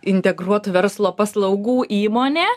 integruotų verslo paslaugų įmonė